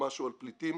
משהו על פליטים